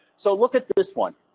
so look at this one.